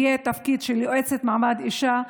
של יועצת מעמד האישה,